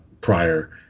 prior